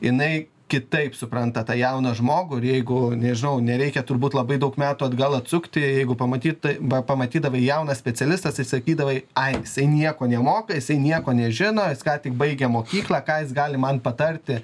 jinai kitaip supranta tą jauną žmogų ir jeigu nežinau nereikia turbūt labai daug metų atgal atsukti jeigu pamatyt pa pamatydavai jauną specialistą sai sakydavai ai jisai nieko nemoka jisai nieko nežino jis ką tik baigė mokyklą ką jis gali man patarti